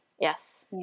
Yes